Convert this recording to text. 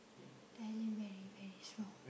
Thailand very very strong